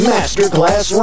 Masterclass